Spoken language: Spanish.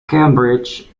cambridge